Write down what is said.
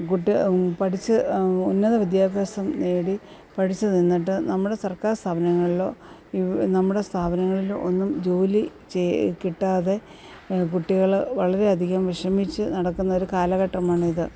കുട്ടി പഠിച്ച് ഉന്നത വിദ്യാഭ്യാസം നേടി പഠിച്ചു നിന്നിട്ട് നമ്മുടെ സർക്കാർ സ്ഥാപനങ്ങളിലോ ഇവ് നമ്മുടെ സ്ഥാപനങ്ങളിലോ ഒന്നും ജോലി ചെ കിട്ടാതെ കുട്ടികൾ വളരെ അധികം വിഷമിച്ചു നടക്കുന്ന ഒരു കാലഘട്ടമാണിത്